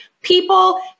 people